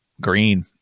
green